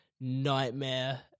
nightmare